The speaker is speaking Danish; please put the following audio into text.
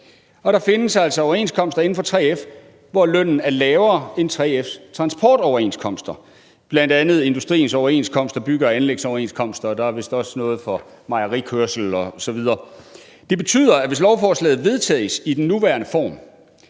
der findes altså overenskomster inden for 3F, hvor lønnen er lavere end 3F's transportoverenskomster, bl.a. industriens overenskomst og bygge- og anlægsoverenskomster, og der er vist også noget for mejerikørsel osv. Det betyder, at hvis lovforslaget vedtages i den nuværende form,